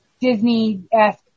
Disney-esque